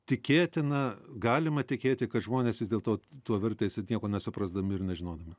tikėtina galima tikėti kad žmonės vis dėlto tuo vertėsi nieko nesuprasdami ir nežinodami